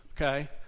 Okay